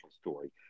story